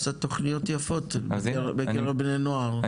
עשה תכניות יפות בקרב בני נוער,